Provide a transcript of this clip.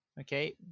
okay